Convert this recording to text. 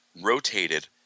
rotated